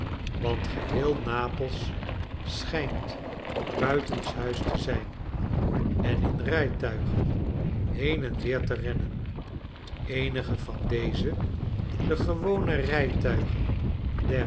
want geheel napels schijnt buitenshuis te zijn en in rijtuigen heen en weer te rennen eenige van deze de gewone rijtuigen der